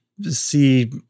see